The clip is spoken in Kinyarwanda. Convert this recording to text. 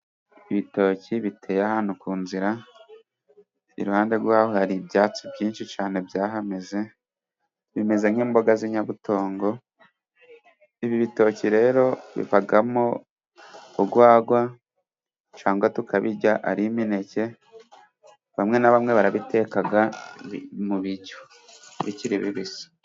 Ibitoki biteye ahantu ku nzira, iruhande rwaho hari ibyatsi byinshi cyane byahameze, bimeze nk'imboga z'inyabutongo, ibi ibitoki rero bivamo urwagwa, cyangwa tukabirya ari imineke, bamwe na bamwe barabiteka mu biryo bikiri bibisi.